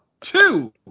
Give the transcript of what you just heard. two